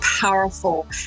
powerful